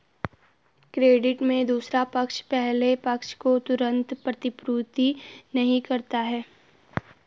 credit में दूसरा पक्ष पहले पक्ष को तुरंत प्रतिपूर्ति नहीं करता है